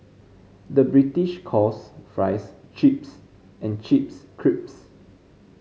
the British calls fries chips and chips